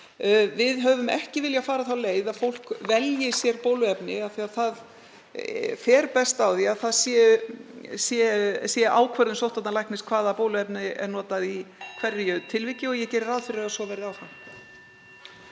Við höfum ekki viljað fara þá leið að fólk velji sér bóluefni af því að best fer á því að það sé ákvörðun sóttvarnalæknis hvaða bóluefni er notað í hverju tilviki og ég geri ráð fyrir að svo verði áfram.